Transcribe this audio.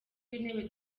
w’intebe